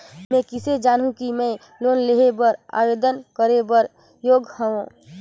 मैं किसे जानहूं कि मैं लोन लेहे बर आवेदन करे बर योग्य हंव?